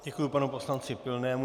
Děkuji panu poslanci Pilnému.